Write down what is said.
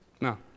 No